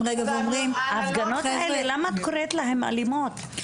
רגע ואומרים: חבר'ה --- למה את קוראת להן אלימות?